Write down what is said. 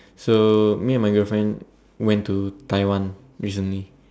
so me and my girlfriend went to Taiwan recently